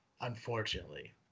unfortunately